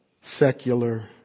secular